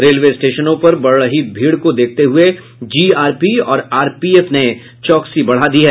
railway स्टेशनों पर बढ़ रही भीड़ को देखते हुये जीआरपी और आरपीएफ ने चौकसी बढ़ा दी है